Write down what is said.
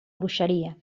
bruixeria